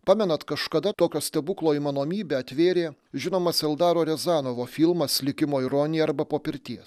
pamenat kažkada tokio stebuklo įmanomibę atvėrė žinomas eldaro riazanovo filmas likimo ironija arba po pirties